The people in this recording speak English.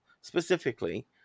specifically